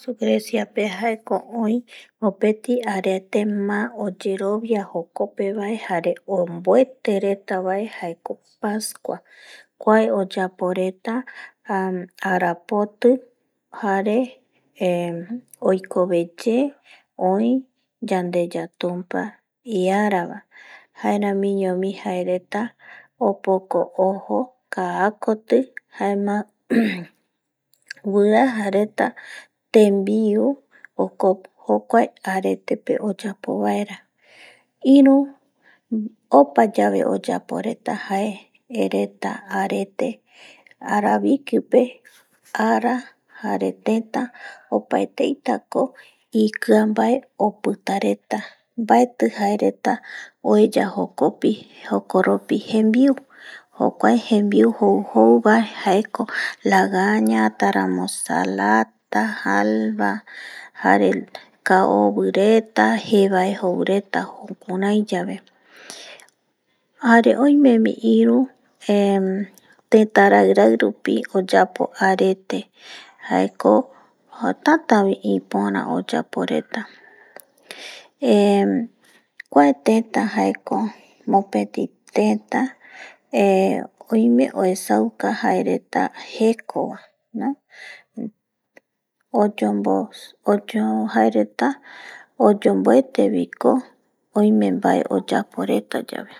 Greciape jaeko oi mopeti aretema oyerovia jokopevae jare omboete retavae jaeko pascua kuae oyapo reta arapoti jare oikoveye oi yandeya tumpa iarava jaeramiñovi jae reta opoko ojo kaa koti jaema guiraja reta tembiu, jokuae aretepe oyaepo vaera iru opa yave oyapo reta jae reta arete aravikipe ara jare teta opaetei tako ikia vae opita reta mbaetiko jae reta oeya jokope jembiu jokuae jembiu jouvae jaeko lasaña ,taramokzala, alva, jare caovireta jevae jou reta jukurai yave jare oimevi iru tetarairai rupi oyapo arete jare tata vi ipora oyapo reta kuae teta jaeko teta oime uesauka jaereta jeko, oyombori jare oyomboete reta vae oyapo yae.